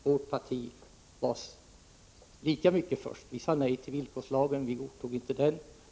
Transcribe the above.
Vårt parti var lika mycket först. Vi sade nej till villkorslagen, vi godtog inte den.